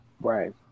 Right